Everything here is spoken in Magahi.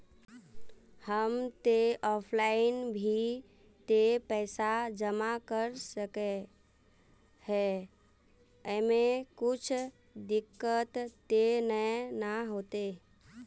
हम ते ऑफलाइन भी ते पैसा जमा कर सके है ऐमे कुछ दिक्कत ते नय न होते?